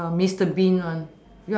mister bean one